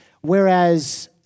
whereas